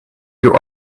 you